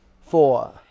four